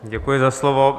Děkuji za slovo.